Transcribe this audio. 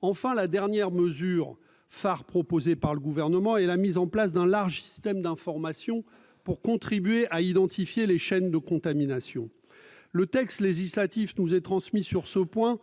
Enfin, dernière mesure phare proposée par le Gouvernement, la mise en place d'un large système d'information doit contribuer à identifier les chaînes de contamination. Si le texte législatif évoque ce point,